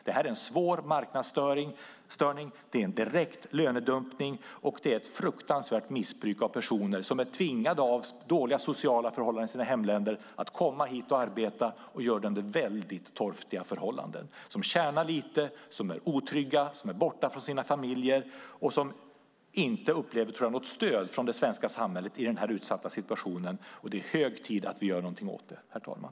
Det här är en svår marknadsstörning, det är en direkt lönedumpning och det är ett fruktansvärt missbruk av personer som är tvingade av dåliga sociala förhållanden i sina hemländer att komma hit och arbeta och göra det under väldigt torftiga förhållanden. De tjänar lite, är otrygga, är borta från sina familjer och upplever inte, tror jag, något stöd från det svenska samhället i den utsatta situationen. Det är hög tid att vi gör något åt det, herr talman.